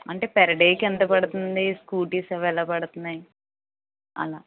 అంటే పర్ డేకి ఎంత పడతంది స్కూటీస్ అవి ఎలా పడతన్నాయి అలా